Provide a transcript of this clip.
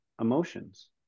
emotions